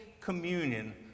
communion